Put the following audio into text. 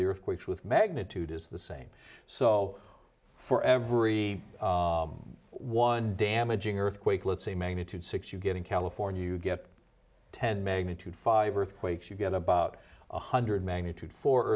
the earthquakes with magnitude is the same so for every one damaging earthquake let's say a magnitude six you get in california you get ten magnitude five earthquakes you get about one hundred magnitude for